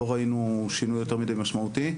לא ראינו שינוי יותר מידי משמעותי,